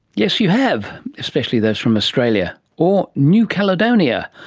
yes, you have, especially those from australia, or new caledonia.